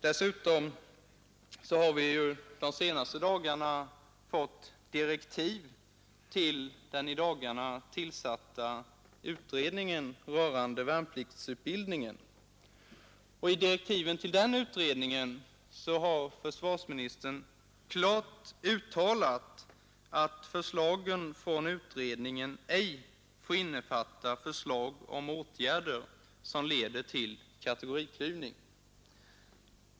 Dessutom har försvarsministern i direktiven till den i dagarna tillsatta utredningen rörande värnpliktsutbildningen klart uttalat att förslagen från utredningen ej får innefatta förslag till åtgärder som leder till kategoriklyvning.